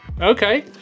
Okay